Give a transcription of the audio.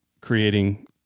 creating